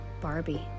barbie